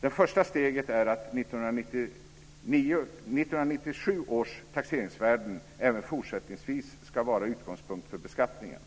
Det första steget är att 1997 års taxeringsvärden även fortsättningsvis ska vara utgångspunkt för beskattningen.